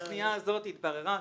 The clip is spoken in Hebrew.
הפנייה הזאת התבררה.